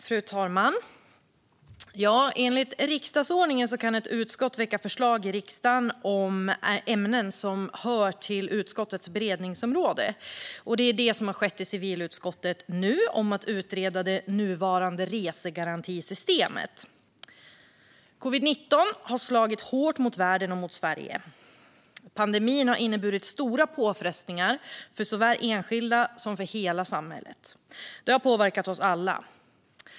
Fru talman! Enligt riksdagsordningen kan ett utskott väcka förslag i riksdagen om ämnen som hör till utskottets beredningsområde. Det är det som nu har skett i civilutskottet när det gäller att utreda det nuvarande resegarantisystemet. Covid-19 har slagit hårt mot världen och mot Sverige. Pandemin har inneburit stora påfrestningar för såväl enskilda som hela samhället. Det har påverkat oss alla.